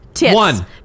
One